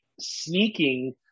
sneaking